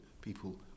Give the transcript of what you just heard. People